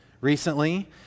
Recently